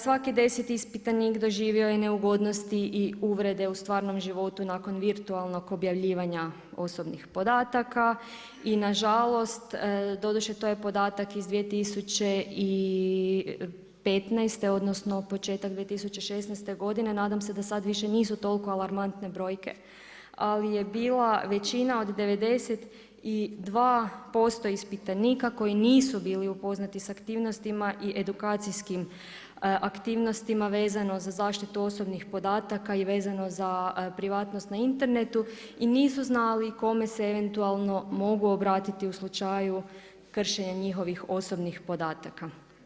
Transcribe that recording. Svaki deseti ispitanik doživio je neugodnosti i uvrede u stvarnom životu nakon virtualnog objavljivanja osobnih podataka i nažalost, doduše to je podatak iz 2015. odnosno početak 2016. godine, nadam se da sad više nisu toliko alarmantne brojke, ali je bila većina od 92% ispitanika koji nisu bili upoznati s aktivnostima i edukacijskim aktivnostima vezano za zaštitu osobnih podataka i vezano za privatnost na internetu i nisu znali kome se eventualno mogu obratiti u slučaju kršenja njihovih osobnih podataka.